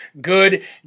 good